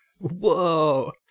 whoa